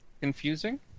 confusing